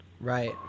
Right